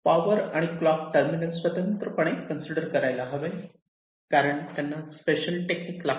power आणि clock terminal स्वतंत्रपणे consider करायला हवे कारण त्यांना स्पेशल टेक्निक लागते